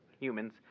humans